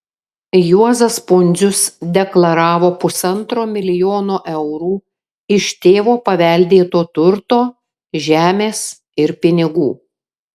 juozas pundzius deklaravo pusantro milijono eurų iš tėvo paveldėto turto žemės ir pinigų